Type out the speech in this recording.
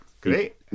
great